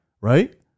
right